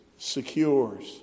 secures